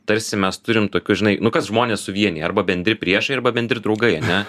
tarsi mes turim tokius žinai nu kas žmones suvienija arba bendri priešai arba bendri draugai ane